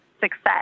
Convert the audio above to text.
success